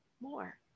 more